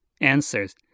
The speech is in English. Answers